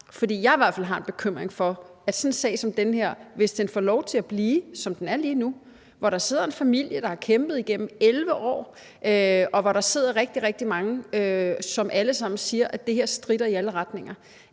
for jeg har i hvert fald en bekymring for, at hvis sådan en sag som den her får lov til at være, som den er lige nu – hvor der sidder en familie, der har kæmpet igennem 11 år, og hvor der er rigtig, rigtig mange, som siger, at det her stritter i alle retninger